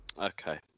okay